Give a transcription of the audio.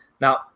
Now